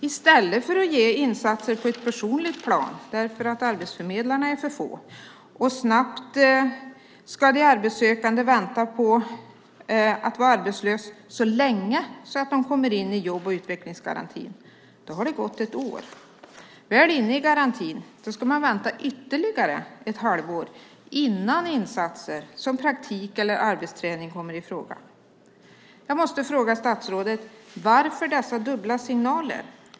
I stället för att ge insatser snabbt och på ett personligt plan - arbetsförmedlarna är för få - ska de arbetssökande vänta på att ha varit arbetslös så länge att de kommer in i jobb och utvecklingsgarantin. Då har det gått ett år. Väl inne i garantin ska man vänta ytterligare ett halvår innan insatser som praktik eller arbetsträning kommer i fråga. Jag måste fråga statsrådet: Varför dessa dubbla signaler?